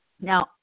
Now